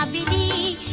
um dd